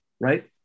right